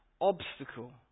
obstacle